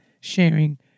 sharing